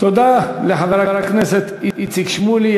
תודה לחבר הכנסת איציק שמולי.